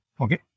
Okay